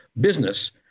business